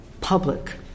public